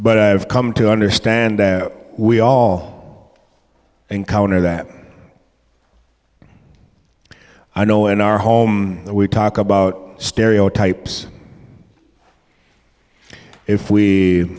but i've come to understand we all encounter that i know in our home that we talk about stereotypes if we